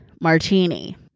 Martini